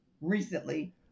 recently